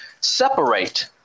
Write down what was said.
separate